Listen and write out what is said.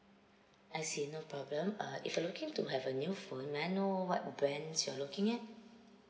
I see no problem uh if you're looking to have a new phone may I know what brands you're looking at